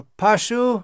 pashu